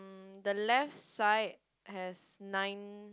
mm the left side has nine